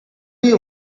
you